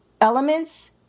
elements